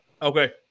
Okay